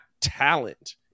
talent